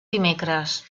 dimecres